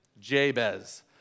Jabez